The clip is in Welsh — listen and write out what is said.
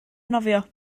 nofio